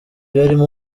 yarimo